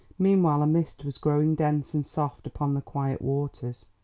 meanwhile a mist was growing dense and soft upon the quiet waters.